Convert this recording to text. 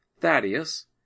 Thaddeus